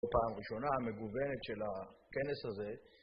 בפעם ראשונה המגוונת של הכנס הזה